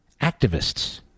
activists